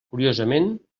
curiosament